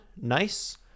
Nice